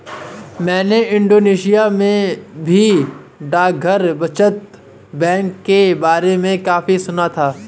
मैंने इंडोनेशिया में भी डाकघर बचत बैंक के बारे में काफी सुना था